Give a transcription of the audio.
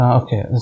okay